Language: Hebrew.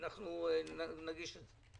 אנחנו נגיש את זה.